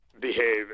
behave